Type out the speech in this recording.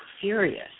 furious